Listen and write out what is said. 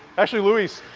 actually, luis,